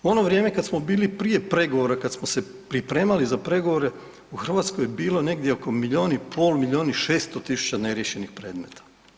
U ono vrijeme kad smo bili prije pregovora, kad smo se pripremali za pregovore, u Hrvatskoj je bilo negdje oko milijon i pol, milijon i 600 tisuća neriješenih predmeta.